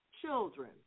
children